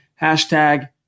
Hashtag